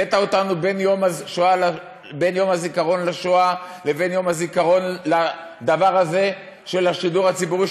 הבאת אותנו בין יום השואה ליום הזיכרון לדבר הזה של השידור הציבורי,